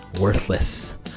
Worthless